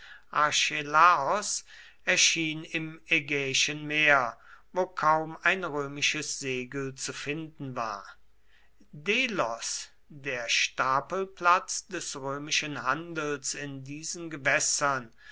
archelaos erschien im ägäischen meer wo kaum ein römisches segel zu finden war delos der stapelplatz des römischen handels in diesen gewässern